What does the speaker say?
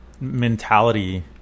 mentality